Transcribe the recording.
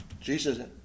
Jesus